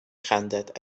خندد